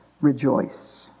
rejoice